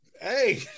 Hey